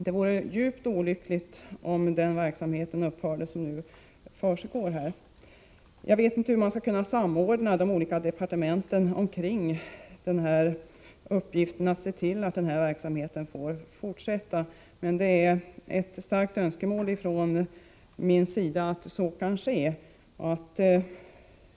Det vore djupt olyckligt om den skulle upphöra. Jag vet inte hur man skall kunna samordna de olika departementens arbete för att denna verksamhet skall få fortsätta, men jag har ett starkt önskemål om att så kan ske.